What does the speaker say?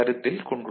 15 mA N ICIB 19